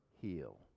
heal